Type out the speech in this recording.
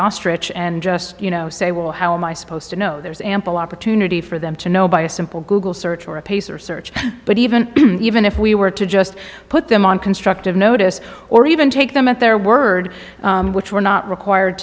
ostrich and just you know say well how am i supposed to know there's ample opportunity for them to know by a simple google search or a pacer search but even even if we were to just put them on constructive notice or even take them at their word which we're not required